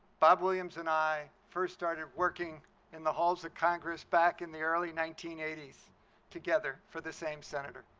bob williams and i first started working in the halls of congress back in the early nineteen eighty s together for the same senator.